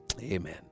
Amen